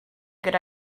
good